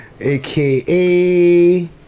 Aka